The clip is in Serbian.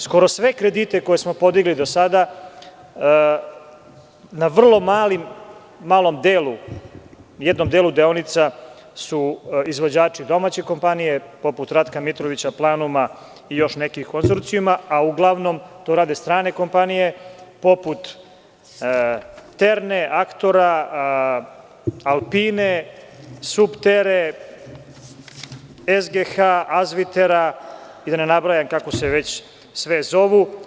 Skoro sve kredite koje smo podigli do sada na vrlo malom delu, jednom delu deonica su izvođači domaće kompanije poput „Ratka Mitrovića“, „Planuma“ i još nekih konzorcijumi, a uglavnom to rade strane kompanije „Terne“, „Aktora“, „Alpina“, „Suptere“, itd, da ne nabrajam kako se već sve zovu.